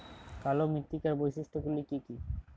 কালো মৃত্তিকার বৈশিষ্ট্য গুলি কি কি?